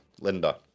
Linda